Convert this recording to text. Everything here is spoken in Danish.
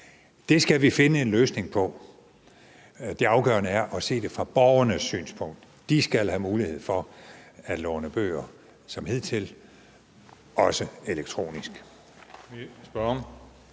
Det skal vi finde en løsning på. Det afgørende er at se det fra borgernes synspunkt. De skal have mulighed for at låne bøger som hidtil, også elektronisk.